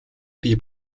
бий